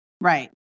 right